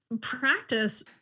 practice